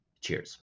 Cheers